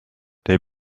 they